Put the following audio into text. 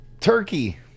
Turkey